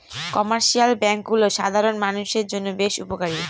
commercial ব্যাঙ্কগুলো সাধারণ মানষের জন্য বেশ উপকারী